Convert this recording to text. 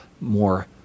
more